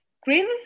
green